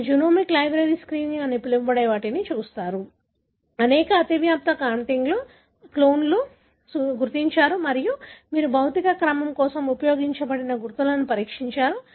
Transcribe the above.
మీరు genomic library screening అని పిలవబడే వాటిని చేసారు అనేక అతివ్యాప్తి కాంటిగ్లు క్లోన్లను గుర్తించారు మరియు మీరు భౌతిక క్రమం కోసం ఉపయోగించిన గుర్తులను పరీక్షించారు